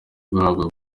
guhabwa